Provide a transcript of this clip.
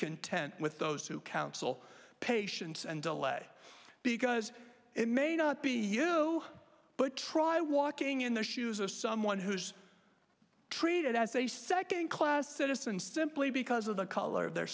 content with those who counsel patience and delay because it may not be you but try walking in the shoes of someone who's treated as a second class citizen simply because of the color of their